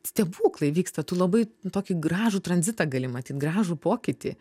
stebuklai vyksta tu labai tokį gražų tranzitą gali matyt gražų pokytį